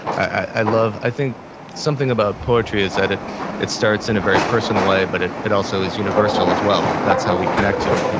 i love, i think something about poetry is that it it starts in a very personal way, but it it also is universal as well. that's how we connect to it, you know